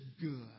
good